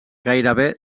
gairebé